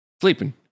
Sleeping